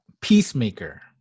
Peacemaker